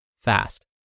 fast